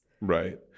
Right